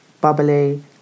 bubbly